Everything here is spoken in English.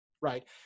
right